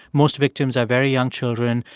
most victims are very young children,